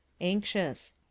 Anxious